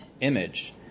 image